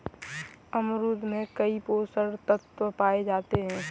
अमरूद में कई पोषक तत्व पाए जाते हैं